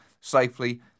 safely